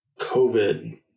COVID